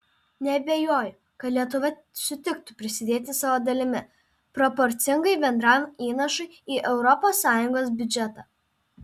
neabejoju kad lietuva sutiktų prisidėti savo dalimi proporcingai bendram įnašui į europos sąjungos biudžetą